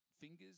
fingers